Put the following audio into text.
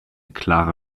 klare